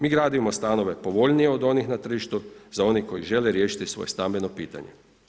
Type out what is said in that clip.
Mi gradimo stanove povoljnije od onih na tržištu za one koji žele riješiti svoje stambeno pitanje.